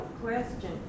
question